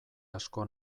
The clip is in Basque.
asko